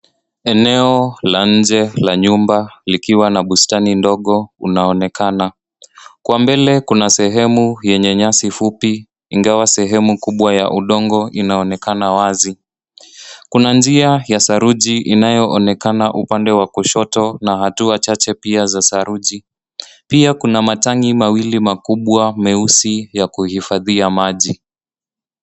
Eneo la nje la nyumba likiwa na bustani ndogo unaonekana. Kwa mbele kuna sehemu yenye nyasi fupi ingawa sehemu kubwa ya udongo inaonekana wazi. Kuna njia ya saruji inayoonekana upande wa kushoto na hatua chache pia za saruji . Pia kuna matangi mawli makubwa meusi ya kuhifadhia maji.